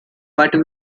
but